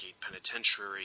Penitentiary